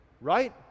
right